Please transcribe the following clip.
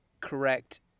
correct